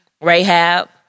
rahab